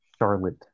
Charlotte